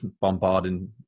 bombarding